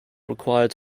required